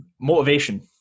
Motivation